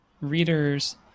readers